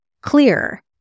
clear